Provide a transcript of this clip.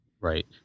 Right